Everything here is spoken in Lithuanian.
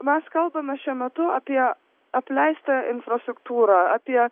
mes kalbame šiuo metu apie apleistą infrastruktūrą apie